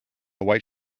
white